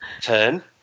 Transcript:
turn